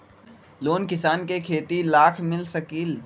Loan किसान के खेती लाख मिल सकील?